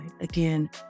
Again